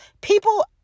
people